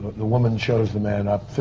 the woman shows the man up